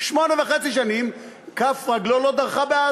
שמונה שנים וחצי לא דרכה כף רגלו בעזה.